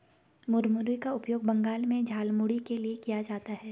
मुरमुरे का उपयोग बंगाल में झालमुड़ी के लिए किया जाता है